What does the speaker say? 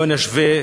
לא נשווה,